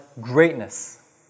greatness